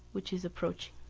which is approaching.